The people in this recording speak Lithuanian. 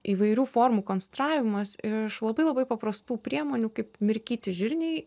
įvairių formų konstravimas iš labai labai paprastų priemonių kaip mirkyti žirniai